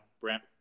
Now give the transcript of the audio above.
Brent